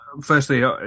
Firstly